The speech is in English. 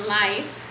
life